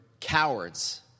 cowards